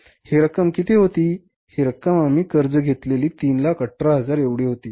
ही रक्कम किती होती ही रक्कम आम्ही कर्ज घेतलेली 318000 एवढी होती